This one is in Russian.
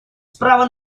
справа